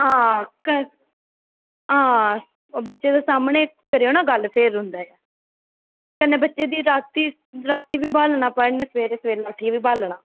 आं आं बच्चे दे सामनै करेओ ना गल्ल फिर होंदा ऐ कन्नै बच्चे रातीं बी पढ़नै ई ब्हालना ते सबेरे बी ब्हालना